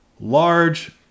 large